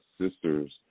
sisters